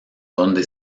donde